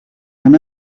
vingt